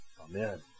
Amen